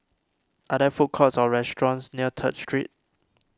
are there food courts or restaurants near Third Street